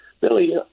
Billy